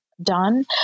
done